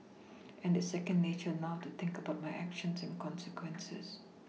and it's second nature now to think about my actions and consequences